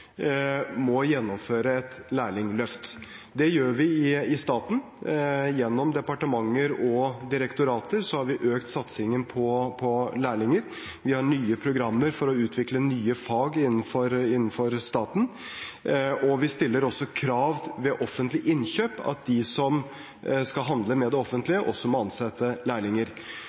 må gjennomføre et lærlingløft. Det gjør vi i staten. Gjennom departementer og direktorater har vi økt satsingen på lærlinger. Vi har nye programmer for å utvikle nye fag innenfor staten. Og vi stiller også krav ved offentlig innkjøp om at de som skal handle med det offentlige, også må ansette lærlinger.